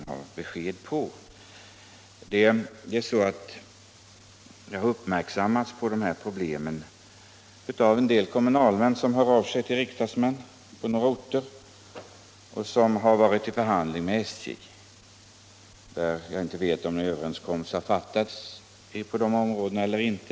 De problem som min interpellation gäller har jag blivit uppmärksamgjord på av kommunalmän på några orter — de hör ju ibland av sig till riksdagsmän — som har varit i förhandlingar med SJ. Jag vet inte om någon överenskommelse har träffats på dessa områden eller inte.